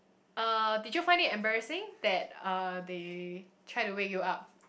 uh did you find it embarrassing that uh they try to wake you up